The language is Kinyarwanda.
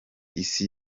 isi